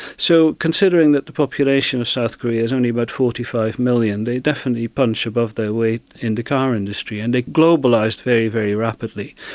so considering that the population of south korea is only about forty five million, they definitely punch above their weight in the car industry, and they globalised very, very rapidly.